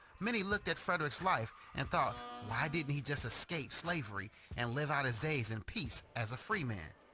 many looked at frederick's life and thought why didn't he just escape slavery and live out his days in peace as a free man.